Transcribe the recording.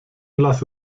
lass